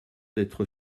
d’être